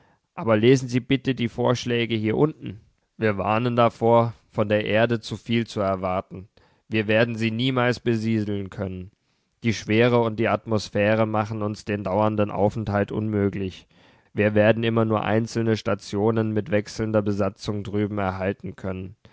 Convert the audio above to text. aber lesen sie bitte die vorschläge hier unten wir warnen davor von der erde zu viel zu erwarten wir werden sie niemals besiedeln können die schwere und die atmosphäre machen uns den dauernden aufenthalt unmöglich wir werden immer nur einzelne stationen mit wechselnder besatzung drüben erhalten können